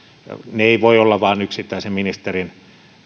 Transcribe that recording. ne eivät voi olla vain yksittäisen ministerin